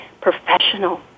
professional